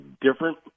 different